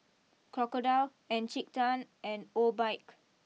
Crocodile Encik Tan and Obike